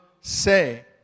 say